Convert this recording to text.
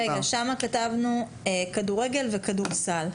שם כתבנו כדורגל וכדורסל.